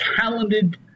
talented